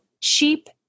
cheap